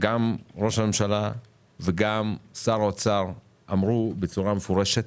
גם ראש הממשלה וגם שר האוצר אמרו בצורה מפורשת,